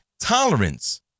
tolerance